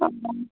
অঁ